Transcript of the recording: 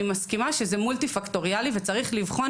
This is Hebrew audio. אני מסכימה שזה מולטי פקטוריאלי וצריך לבחון